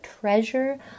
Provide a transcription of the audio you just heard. treasure